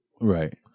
right